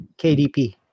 KDP